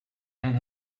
and